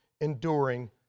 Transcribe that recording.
enduring